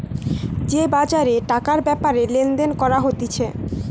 যে বাজারে টাকার ব্যাপারে লেনদেন করা হতিছে